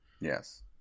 Yes